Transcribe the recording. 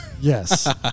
Yes